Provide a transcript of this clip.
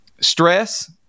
stress